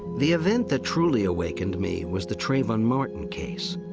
the event that truly awakened me was the trayvon martin case.